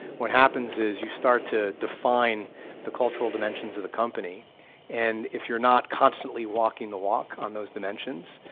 what happens is you start to define the cultural dimensions of the company and if you're not constantly walking the walk on those dimensions,